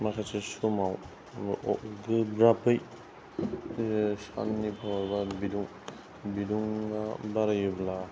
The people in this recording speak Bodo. माखासे समाव गोब्राबै साननि भाव एबा बिदुं बिदुङा बारायोब्ला